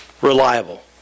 reliable